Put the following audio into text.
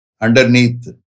underneath